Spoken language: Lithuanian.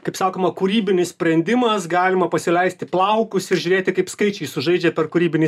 kaip sakoma kūrybinis sprendimas galima pasileisti plaukus ir žiūrėti kaip skaičiai sužaidžia per kūrybinį